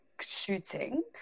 shooting